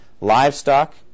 livestock